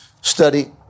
study